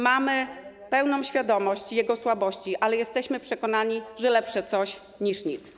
Mamy pełną świadomość jego słabości, ale jesteśmy przekonani, że lepsze coś niż nic.